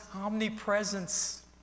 omnipresence